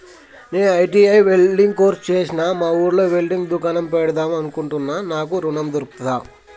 నేను ITI welder course చేశ్న మా ఊర్లో వెల్డింగ్ దుకాన్ పెడదాం అనుకుంటున్నా నాకు ఋణం దొర్కుతదా?